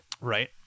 right